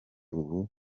ubu